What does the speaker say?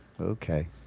Okay